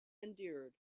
endured